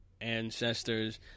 Ancestors